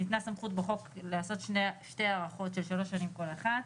ניתנה סמכות בחוק לעשות שתי הארכות של שלוש שנים כל אחת.